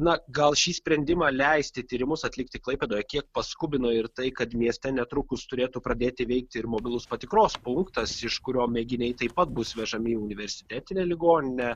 na gal šį sprendimą leisti tyrimus atlikti klaipėdoje kiek paskubino ir tai kad mieste netrukus turėtų pradėti veikti ir mobilus patikros punktas iš kurio mėginiai taip pat bus vežami į universitetinę ligoninę